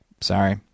sorry